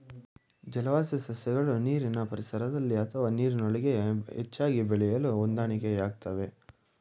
ಜಲವಾಸಿ ಸಸ್ಯಗಳು ನೀರಿನ ಪರಿಸರದಲ್ಲಿ ಅಥವಾ ನೀರಿನೊಳಗೆ ಹೆಚ್ಚಾಗಿ ಬೆಳೆಯಲು ಹೊಂದಾಣಿಕೆಯಾಗ್ತವೆ